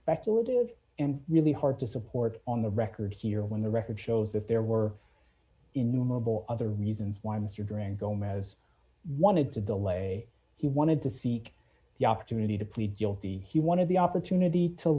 speculative and really hard to support on the record here when the record shows if there were in new mobile other reasons why mr grant gomez wanted to delay he wanted to seek the opportunity to plead guilty he wanted the opportunity to